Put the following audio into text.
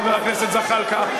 חבר הכנסת זחאלקה,